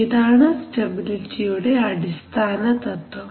ഇതാണ് സ്റ്റെബിലിറ്റിയുടെ അടിസ്ഥാനതത്വം